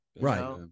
right